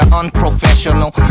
unprofessional